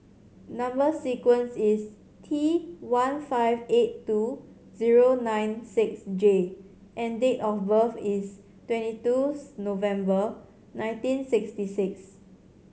number sequence is T one five eight two zero nine six J and date of birth is twenty two November nineteen sixty six